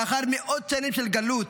לאחר מאות שנים של גלות,